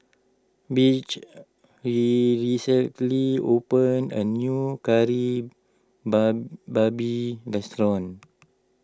Butch Lee recently opened a new Kari Ba Babi restaurant